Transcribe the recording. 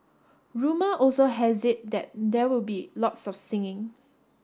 rumour also has it that there will be lots of singing